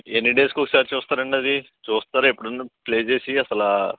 ఎన్ని డేస్కి ఒకసారి చూస్తారండి అది చూస్తారా ఎప్పుడన్నాప్లే చేసి అసలా